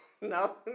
No